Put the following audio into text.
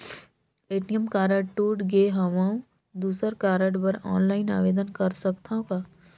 ATM card टूट गे हववं दुसर कारड बर ऑनलाइन आवेदन कर सकथव का?